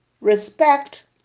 respect